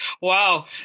Wow